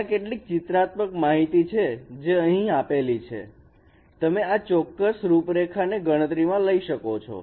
ત્યાં કેટલીક ચિત્રાત્મક માહિતી છે જે અહીં આપેલી છે તમે આ ચોક્કસ રૂપરેખા ને ગણતરીમાં લઇ શકો છો